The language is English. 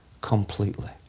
completely